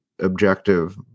objective